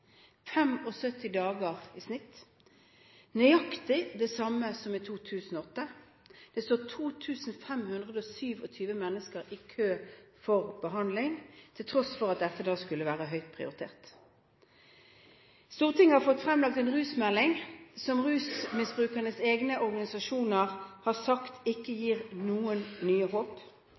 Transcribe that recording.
dager i snitt, nøyaktig det samme som i 2008. Det står 2 527 mennesker i kø for behandling, til tross for at dette skulle være høyt prioritert. Stortinget har fått fremlagt en rusmelding, som rusmisbrukernes egne organisasjoner har sagt ikke gir noen nye håp.